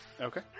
Okay